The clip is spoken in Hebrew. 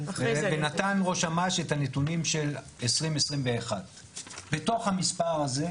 ונתן ראש אמ"ש את הנתונים של 2021. בתוך המספר הזה,